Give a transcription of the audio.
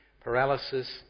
paralysis